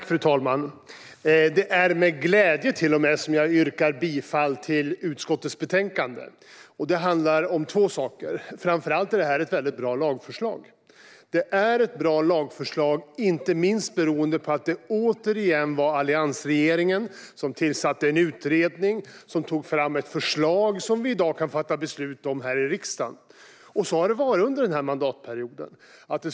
Fru talman! Det är med glädje som jag yrkar bifall till förslaget i utskottets betänkande. Det handlar om två saker. Framför allt är det ett bra lagförslag. Det är ett bra lagförslag, inte minst beroende på att det återigen var alliansregeringen som tillsatte en utredning och som tog fram ett förslag som vi i dag kan fatta beslut om i riksdagen. Så har det varit under mandatperioden.